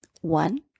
One